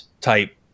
type